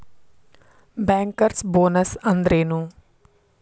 Bankers bonus ಅಂದ್ರೇನು?